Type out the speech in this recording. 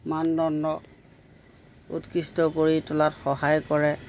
মানদণ্ড উৎকৃষ্ট কৰি তোলাত সহায় কৰে